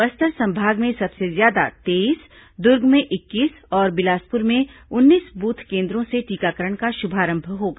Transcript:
बस्तर संभाग में सबसे ज्यादा तेईस दुर्ग में इक्कीस और बिलासपुर में उन्नीस ब्रथ केन्द्रों से टीकाकरण का शुभारंभ होगा